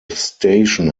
station